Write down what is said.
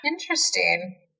Interesting